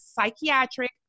psychiatric